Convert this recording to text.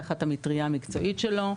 תחת המטריה המקצועית שלו.